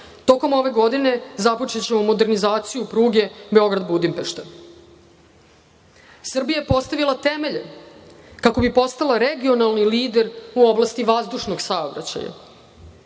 Tokom ove godine započećemo modernizaciju pruge Beograd-Budimpešta. Srbija je postavila temelje kako bi postala regionalni lider u oblasti vazdušnog saobraćaja.